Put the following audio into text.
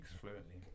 fluently